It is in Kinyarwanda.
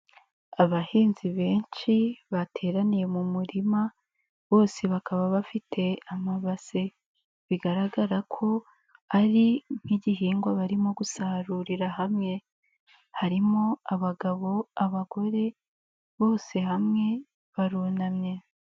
Abahinzi benshi bateraniye mu murima bose bakaba bafite amabase, bigaragara ko ari nk'igihingwa barimo gusarurira hamwe, harimo abagabo, abagore bose hamwe barunamye.